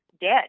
dead